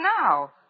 now